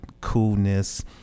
coolness